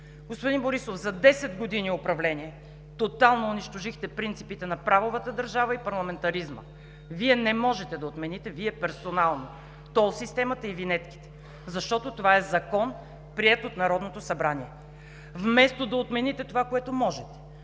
Господин Борисов, за 10 години управление тотално унищожихте принципите на правовата държава и парламентаризма. Вие персонално не можете да отмените тол системата и винетките, защото това е Закон, приет от Народното събрание. Вместо да отмените това, което можете